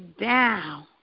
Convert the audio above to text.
down